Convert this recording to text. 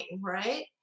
right